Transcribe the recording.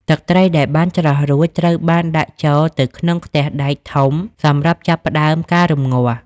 ទឹកត្រីដែលច្រោះរួច ត្រូវបានដាក់ចូលទៅក្នុង ខ្ទះដែក ធំសម្រាប់ចាប់ផ្តើមការរំងាស់។